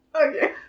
Okay